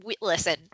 listen